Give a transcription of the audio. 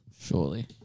Surely